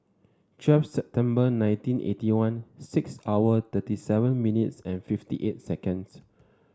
twelve September nineteen eighty one six hour thirty seven minutes and fifty eight seconds